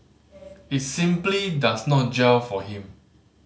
it simply does not gel for him